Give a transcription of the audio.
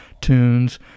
tunes